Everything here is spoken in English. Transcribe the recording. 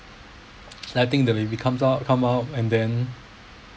and I think that maybe comes out come out and then